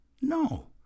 No